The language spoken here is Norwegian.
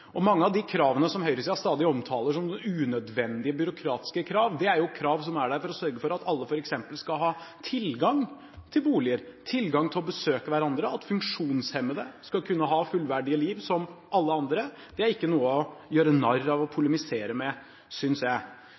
og mange av de kravene som høyresiden stadig omtaler som unødvendige byråkratiske krav, er krav som er der for å sørge for at alle f.eks. skal ha tilgang til boliger, tilgang til å besøke hverandre, og at funksjonshemmede skal kunne ha fullverdige liv som alle andre. Det er ikke noe å gjøre narr av og polemisere med, synes jeg.